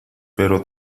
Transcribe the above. pero